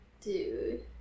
Dude